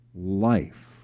life